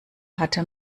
hatte